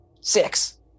Six